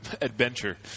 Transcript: adventure